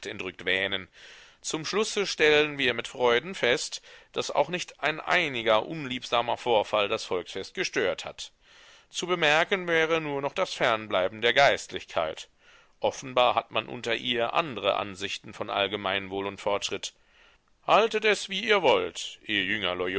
entrückt wähnen zum schlusse stellen wir mit freuden fest daß auch nicht ein einiger unliebsamer vorfall das volksfest gestört hat zu bemerken wäre nur noch das fernbleiben der geistlichkeit offenbar hat man unter ihr andre ansichten von allgemeinwohl und fortschritt haltet es wie ihr wollt ihr jünger